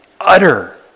utter